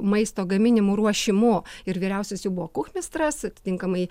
maisto gaminimu ruošimu ir vyriausias jų buvo kuchmistras atitinkamai